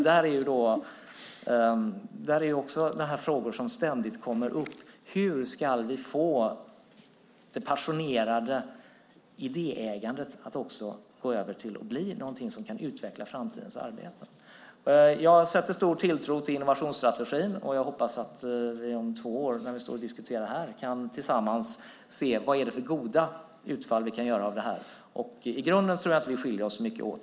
Där kom också frågan upp om hur vi ska få det passionerade idéägandet att bli något som kan utveckla framtidens arbete. Jag sätter stor tilltro till innovationsstrategin. Jag hoppas att vi när vi debatterar den om två år kan se det goda utfallet av den. I grunden tror jag inte att vi skiljer oss så mycket åt.